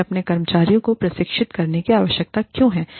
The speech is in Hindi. हमें अपने कर्मचारियों को प्रशिक्षित करने की आवश्यकता क्यों है